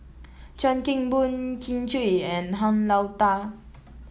Chuan Keng Boon Kin Chui and Han Lao Da